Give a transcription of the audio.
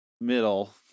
middle